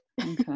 okay